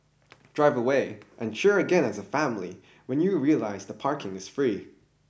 drive away and cheer again as a family when you realise that parking is free